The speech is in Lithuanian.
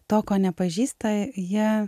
to ko nepažįsta jie